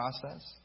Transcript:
process